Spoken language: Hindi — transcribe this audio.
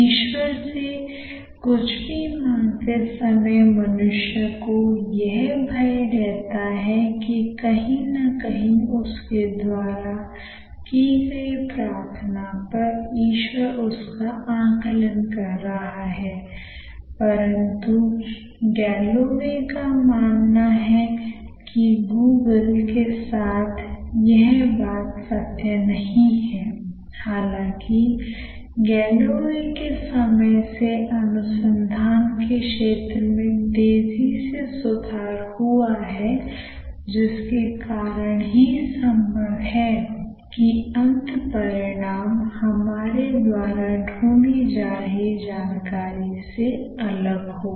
ईश्वर से कुछ भी मांगते समय मनुष्य को यह भय रहता है कि कहीं ना कहीं उसके द्वारा की गई प्रार्थना पर ईश्वर उसका आकलन कर रहा है परंतु Galloway का मानना है कि गूगल के साथ यह बात सत्य नहींI हालांकि Galloway के समय से अनुसंधान के क्षेत्र में तेजी से सुधार हुआ है हालांकि Galloway के समय से अनुसंधान के क्षेत्र में तेजी से सुधार हुआ है जिसके कारण ही संभव है कि अंत परिणाम हमारे द्वारा ढूंढी जा रही जानकारी से अलग हो